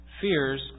fears